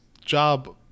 job